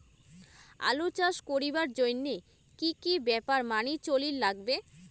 আলু চাষ করিবার জইন্যে কি কি ব্যাপার মানি চলির লাগবে?